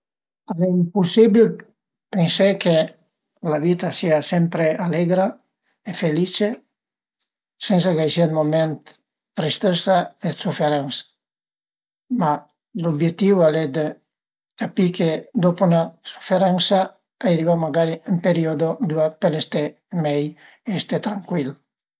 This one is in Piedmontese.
Al e impusibil pensé che la vita a sia sempre alegra e felice, sensa ch'a i sia d'mument dë tristëssa e dë suferensa, ma l'ubietìu al e dë capì che dopu 'na suferensa a ariva magari ün periodo ëndua pöle ste mei e ste trancuil